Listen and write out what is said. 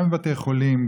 גם בבתי חולים,